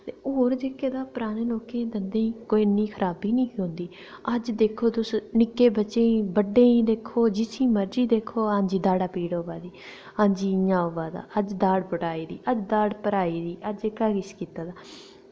ते होर जेह्के तां पराने लोकें ई दंदें ई कोई इन्नी खराबी नेईं ही औंदी अज्ज दिक्खो तुस निक्के बच्चें ई बड्डें ई दिक्खो जिसी मरजी दिक्खो आं माराज दाढ़ा पीड़ होआ दी आं जी इ'यां होआ दा अज्ज दाढ़ पुटाई दी अज्ज दाढ़ भराई दी अज्ज एह्का किश कीते दा